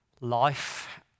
life